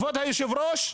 כבוד היושב-ראש?